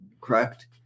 correct